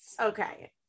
Okay